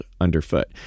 underfoot